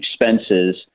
expenses